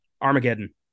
armageddon